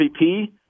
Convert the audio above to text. MVP